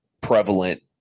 prevalent